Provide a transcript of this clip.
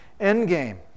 endgame